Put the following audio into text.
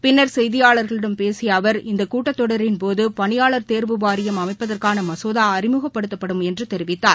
பின்னர் செய்தியாளர்களிடம் பேசிய அவர் இந்த கூட்டத்தொடரின்போது பணியாளர் தேர்வு வாரியம் அமைப்பதற்கான மசோதா அறிமுகப்படுத்தப்படும் என்று தெரிவித்தார்